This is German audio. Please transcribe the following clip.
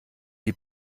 die